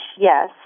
yes